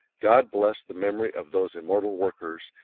god bless the memory of those immortal workers,